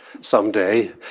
someday